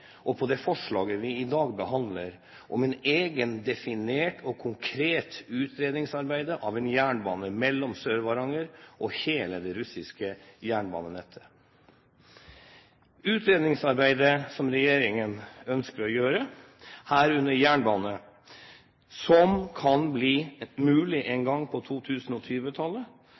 forhold til det forslaget vi i dag behandler, om et eget definert og konkret utredningsarbeid av en jernbane mellom Sør-Varanger og hele det russiske jernbanenettet. Når det gjelder det utredningsarbeidet som regjeringen ønsker å gjøre, herunder jernbane, som kan bli mulig en gang på